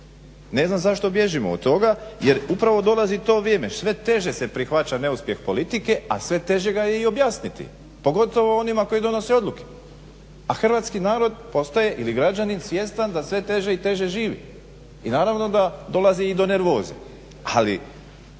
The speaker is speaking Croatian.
Ne znam zašto bježimo od toga jer upravo dolazi to vrijeme, sve teže se prihvaća neuspjeh politike, a sve teže ga je i objasniti pogotovo onima koji donose odluke. A hrvatski narod postaje, ili građani, svjestan da sve teže i teže živi. I naravno da dolazi i do nervoze. Ali,